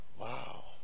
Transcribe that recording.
Wow